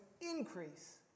increase